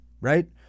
Right